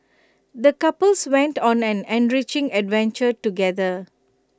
the couples went on an enriching adventure together